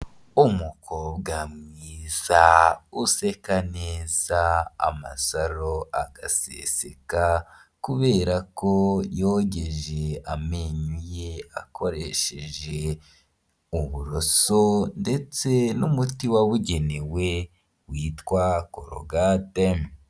Umukobwa mwiza useka neza amasaro agaseseka kubera ko yogeje amenyo ye akoresheje uburoso ndetse n'umuti wabugenewe witwa korogate.